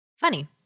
Funny